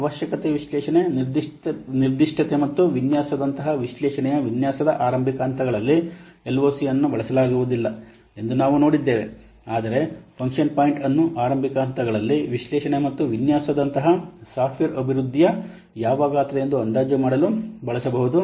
ಅವಶ್ಯಕತೆ ವಿಶ್ಲೇಷಣೆ ನಿರ್ದಿಷ್ಟತೆ ಮತ್ತು ವಿನ್ಯಾಸದಂತಹ ವಿಶ್ಲೇಷಣೆಯ ವಿನ್ಯಾಸದ ಆರಂಭಿಕ ಹಂತಗಳಲ್ಲಿ LOC ಅನ್ನು ಬಳಸಲಾಗುವುದಿಲ್ಲ ಎಂದು ನಾವು ನೋಡಿದ್ದೇವೆ ಆದರೆ ಫಂಕ್ಷನ್ ಪಾಯಿಂಟ್ ಅನ್ನು ಆರಂಭಿಕ ಹಂತಗಳಲ್ಲಿ ವಿಶ್ಲೇಷಣೆ ಮತ್ತು ವಿನ್ಯಾಸದಂತಹ ಸಾಫ್ಟ್ವೇರ್ ಅಭಿವೃದ್ಧಿಯು ಯಾವ ಗಾತ್ರ ಎಂದು ಅಂದಾಜು ಮಾಡಲು ಬಳಸಬಹುದು